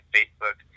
Facebook